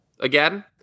Again